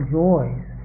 joys